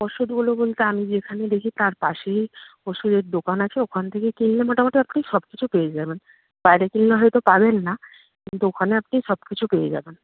ওষুধগুলো বলতে আমি যেখানে দেখি তার পাশেই ওষুধের দোকান আছে ওখান থেকে কিনলে মোটামোটি আপনি সব কিছু পেয়ে যাবেন বাইরে কিনলে হয়তো পাবেন না কিন্তু ওখানে আপনি সব কিছু পেয়ে যাবেন